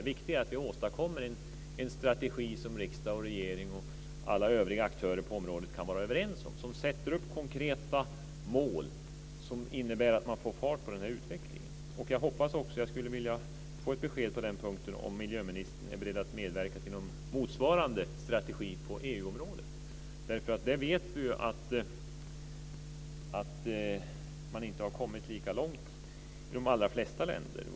Det viktiga är att vi åstadkommer en strategi som riksdag, regering och alla övriga aktörer på området kan vara överens om och som sätter upp konkreta mål som innebär att man får fart på utvecklingen. Jag hoppas också - och jag skulle vilja få ett besked på den punkten - att miljöministern är beredd att medverka till någon motsvarande strategi på EU området. Vi vet ju att man inte har kommit lika långt i de allra flesta länder.